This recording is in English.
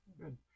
good